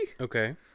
Okay